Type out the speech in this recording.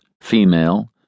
female